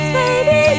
baby